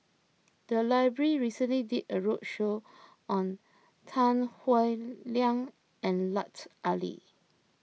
the library recently did a roadshow on Tan Howe Liang and Lut Ali